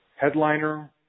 headliner